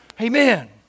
Amen